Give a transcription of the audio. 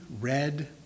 red